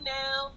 now